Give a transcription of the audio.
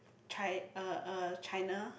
chi~ uh uh China